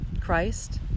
Christ